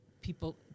people